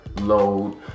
load